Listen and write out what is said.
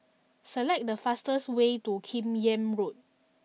select the fastest way to Kim Yam Road